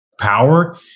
power